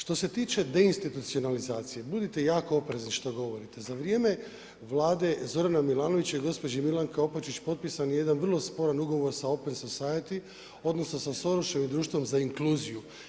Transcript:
Što se tiče deinstitucionalizacije, budite jako oprezni šta govorite, za vrijeme Vlade Zorana Milanovića i gospođe Milanke Opačić potpisan je jedan vrlo sporan ugovor sa Open Society odnosno sa Soroševim društvom za inkluziju.